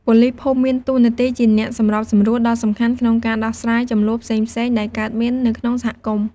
ប៉ូលីសភូមិមានតួនាទីជា អ្នកសម្របសម្រួល ដ៏សំខាន់ក្នុងការដោះស្រាយជម្លោះផ្សេងៗដែលកើតមាននៅក្នុងសហគមន៍។